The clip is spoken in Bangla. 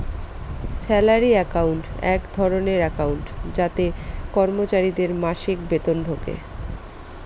স্যালারি একাউন্ট এক ধরনের একাউন্ট যাতে কর্মচারীদের মাসিক বেতন ঢোকে